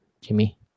Jimmy